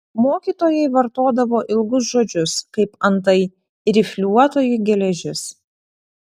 mokytojai vartodavo ilgus žodžius kaip antai rifliuotoji geležis